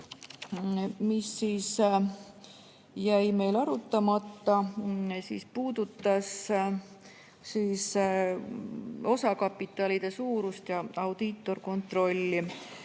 mis jäi meil arutamata, puudutas osakapitalide suurust ja audiitorkontrolli.